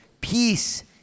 Peace